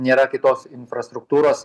nėra kitos infrastruktūros